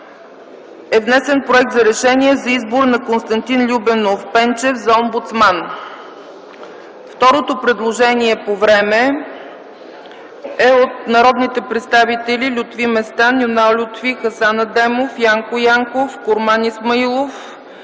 е внесен проект за решение за избор на Константин Любенов Пенчев за омбудсман. Второто предложение по време е от народните представители Лютви Местан, Юнал Лютфи, Хасан Адемов, Янко Янков, Корман Исмаилов